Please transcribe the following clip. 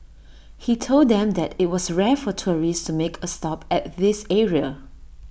he told them that IT was rare for tourists to make A stop at this area